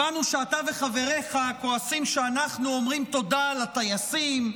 הבנו שאתה וחבריך כועסים שאנחנו אומרים תודה לטייסים,